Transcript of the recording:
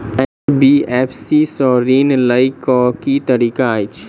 NBFC सँ ऋण लय केँ की तरीका अछि?